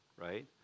right